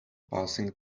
passing